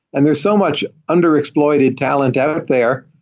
and there's so much underexploited talent out there.